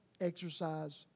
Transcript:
exercise